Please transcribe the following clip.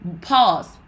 pause